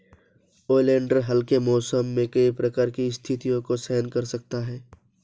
oleander हल्के मौसम में कई प्रकार की स्थितियों को सहन कर सकता है